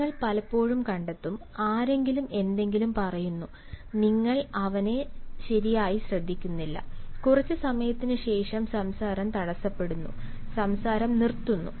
നിങ്ങൾ പലപ്പോഴും കണ്ടെത്തും ആരെങ്കിലും എന്തെങ്കിലും പറയുന്നു നിങ്ങൾ അവനെ ശരിയായി ശ്രദ്ധിക്കുന്നില്ല കുറച്ച് സമയത്തിന് ശേഷം സംസാരം തടസ്സപ്പെടുന്നു സംസാരം നിർത്തുന്നു